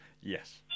Yes